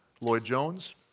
Lloyd-Jones